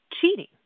cheating